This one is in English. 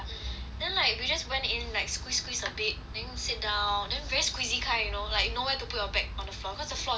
then like we just went in like squeeze squeeze a bit then sit down then very squeezy kind you know like nowhere to put bag on the floor cause the floor is like the road